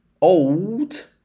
old